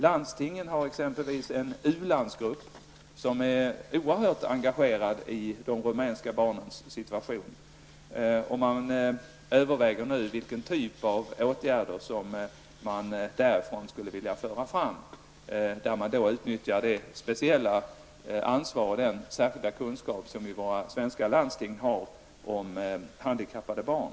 Landstingen har exempelvis en u-landsgrupp, som är oerhört engagerad i de rumänska barnens situation. Man överväger nu vilken typ av åtgärder som man från det hållet skulle vilja föra fram, med utnyttjande av det speciella ansvar för och den särskilda kunskap om handikappade barn som våra svenska landsting har.